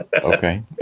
Okay